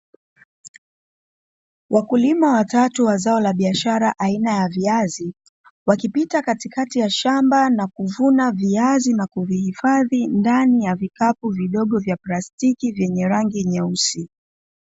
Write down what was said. Wakulima watatu wa zao la biashara aina ya viazi, wakipita katikati ya shamba na kuvuna viazi na kuvihifadhi ndani ya vikapu vidogo vya plastiki vyenye rangi nyeusi.